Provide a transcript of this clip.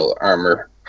armor